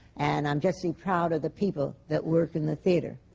and i'm justly proud of the people that work in the theatre.